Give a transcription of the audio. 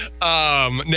Now